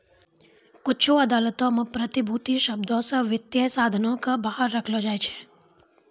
कुछु अदालतो मे प्रतिभूति शब्दो से वित्तीय साधनो के बाहर रखलो जाय छै